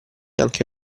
anche